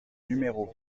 numéro